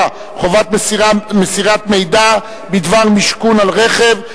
(חובת מסירת מידע בדבר משכון על רכב),